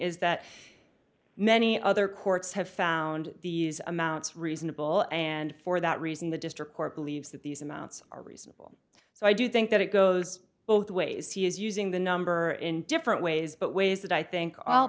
is that many other courts have found these amounts reasonable and for that reason the district court believes that these amounts are reasonable so i do think that it goes both ways he is using the number in different ways but ways that i think all